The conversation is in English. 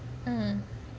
mm